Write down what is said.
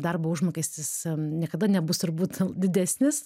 darbo užmokestis niekada nebus turbūt didesnis